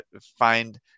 find